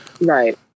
right